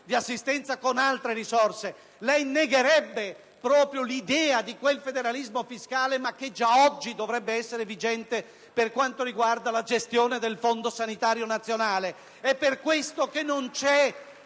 di assistenza con altre risorse. Negherebbe proprio l'idea di quel federalismo fiscale che già oggi dovrebbe essere vigente per quanto riguarda la gestione del Fondo sanitario nazionale. *(Applausi dal Gruppo